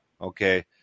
Okay